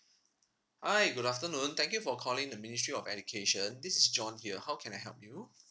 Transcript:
hi good afternoon thank you for calling the ministry of education this is john here how can I help you